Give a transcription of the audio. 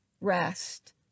rest